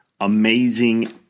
Amazing